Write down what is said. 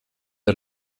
der